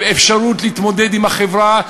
אפשרות להתמודד עם החברה,